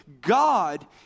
God